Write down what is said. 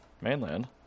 Mainland